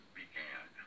began